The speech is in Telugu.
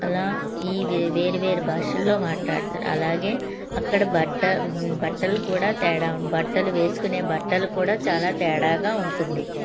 అలా ఈ వే వేరు వేరు భాషలలో మాట్లాడుతారు అలాగే అక్కడ బట్ట బట్టలు కూడా తేడా బట్టలు వేసుకునే బట్టలు కూడా చాలా తేడాగా ఉంటుంది